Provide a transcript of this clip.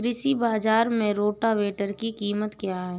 कृषि बाजार में रोटावेटर की कीमत क्या है?